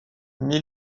mais